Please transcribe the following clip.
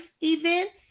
events